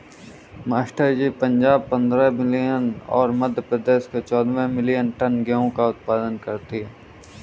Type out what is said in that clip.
master ji Punjab पंद्रह million और मध्य प्रदेश चौदह मिलीयन टन गेहूं का उत्पादन करती है